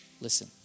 Listen